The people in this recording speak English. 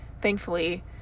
Thankfully